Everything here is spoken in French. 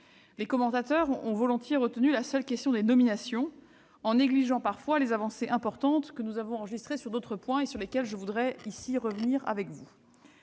Les commentateurs ont volontiers retenu la seule question des nominations, en négligeant parfois les avancées importantes que nous avons enregistrées sur d'autres points, sur lesquels je voudrais revenir. Pour